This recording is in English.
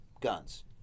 guns